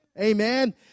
Amen